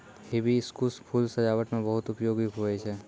hibiscus फूल सजाबट मे बहुत उपयोगी हुवै छै